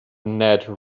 ned